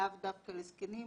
לאו דווקא לזקנים,